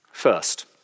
first